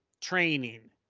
training